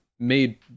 made